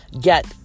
get